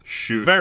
shoot